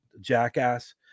jackass